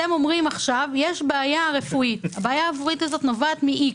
אתם אומרים עכשיו שיש בעיה רפואית שנובעת מ-X.